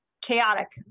Chaotic